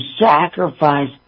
sacrifice